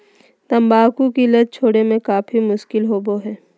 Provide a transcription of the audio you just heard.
तंबाकू की लत छोड़े में काफी मुश्किल होबो हइ